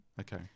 Okay